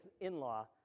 in-law